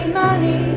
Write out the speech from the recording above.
money